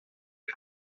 les